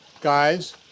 guys